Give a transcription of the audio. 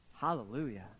Hallelujah